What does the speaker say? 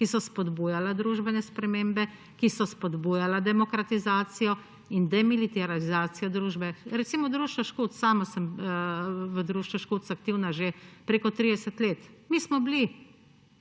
ki so spodbujala družbene spremembe, ki so spodbujala demokratizacijo in demilitarizacijo družbe. Recimo, Društvo Škuc, sama sem v Društvu Škuc aktivna že preko 30 let. Mi smo bili